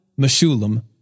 Meshulam